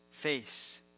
Face